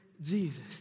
Jesus